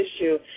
issue